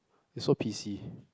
it's so P_C